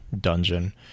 dungeon